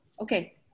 Okay